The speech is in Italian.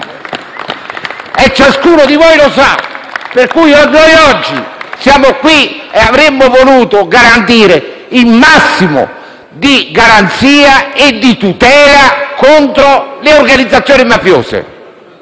E ciascuno di voi lo sa. Oggi siamo qui e avremmo voluto garantire il massimo di garanzia e di tutela contro le organizzazioni mafiose,